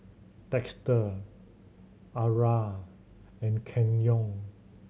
Dexter Arah and Kenyon